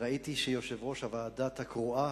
ראיתי שיושב-ראש הוועדה הקרואה,